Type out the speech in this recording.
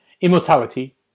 Immortality